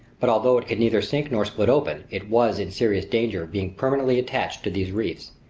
but although it could neither sink nor split open, it was in serious danger of being permanently attached to these reefs,